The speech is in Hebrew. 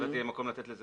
בהחלט יהיה מקום לתת לזה